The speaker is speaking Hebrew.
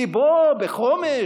ליבו בחומש,